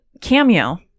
Cameo